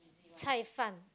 Cai-Fan